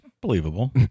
believable